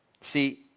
See